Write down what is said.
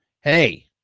Hey